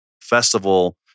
festival